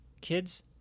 kids